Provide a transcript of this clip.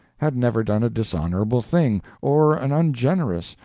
had never done a dishonorable thing, or an ungenerous,